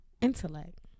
intellect